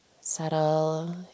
settle